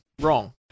Wrong